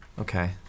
Okay